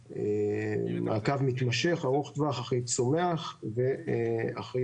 מעקב מתמשך ארוך טווח אחרי צומח ואחרי